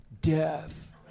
Death